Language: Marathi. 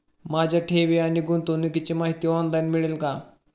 माझ्या ठेवी आणि गुंतवणुकीची माहिती ऑनलाइन मिळेल का?